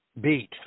Beat